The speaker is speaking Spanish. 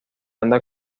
anda